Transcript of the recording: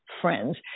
Friends